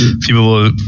people